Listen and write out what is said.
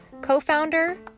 co-founder